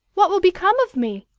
what will become of me?